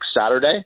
Saturday